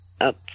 up